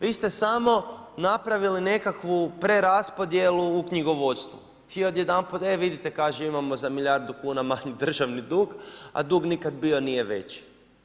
Vi ste samo napravili nekakvu preraspodjelu u knjigovodstvu i odjedanput vidite kaže, imamo za milijardu kuna manji državni dug, a dug nikad bio nije veći.